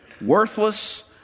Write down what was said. Worthless